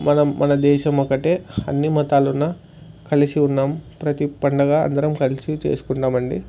మనం మన దేశం ఒకటే అన్ని మతాలున కలిసి ఉన్నాం ప్రతి పండగ అందరం కలిసి చేసుకుంటామండి